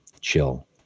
chill